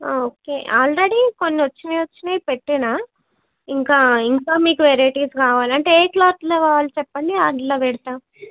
okay already కొన్ని వచ్చినయి వచ్చినయి పెట్టినా ఇంకా ఇంకా మీకు వెరైటీస్ కావాలంటే అంటే ఏ క్లాత్లో కావాలి చెప్పండి అట్లా పెడతాను